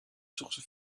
source